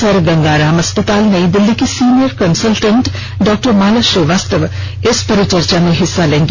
sir Ganga Ram अस्पताल नई दिल्ली की senior consultant doctor Mala Srivastava इस परिचर्चा में हिस्सा लेंगी